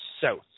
south